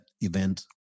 event